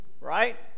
right